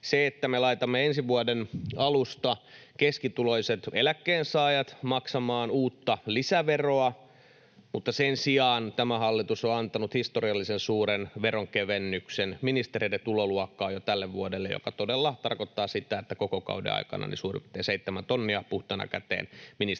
Me laitamme ensi vuoden alusta keskituloiset eläkkeensaajat maksamaan uutta lisäveroa, mutta sen sijaan tämä hallitus on antanut historiallisen suuren veronkevennyksen ministereiden tuloluokkaan jo tälle vuodelle, mikä todella tarkoittaa sitä, että koko kauden aikana suurin piirtein seitsemän tonnia puhtaana käteen ministereiden